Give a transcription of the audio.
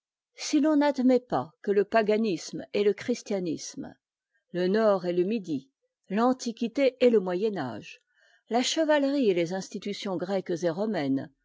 si l'on n'admet pas que le paganisme et le christianisme le nord et le midi l'antiquité et le moyen âge la chevalerie et les institutions grecques et romaines